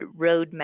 roadmap